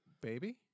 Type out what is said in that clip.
Baby